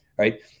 Right